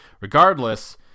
Regardless